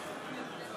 שש דקות.